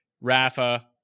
Rafa